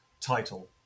title